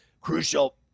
crucial